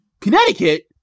Connecticut